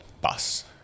Bus